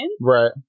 Right